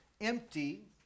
empty